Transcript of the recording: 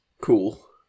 Cool